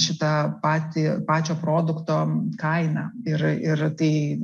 šitą patį pačio produkto kainą ir ir tai